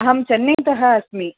अहं चेन्नैतः अस्मि